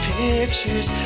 pictures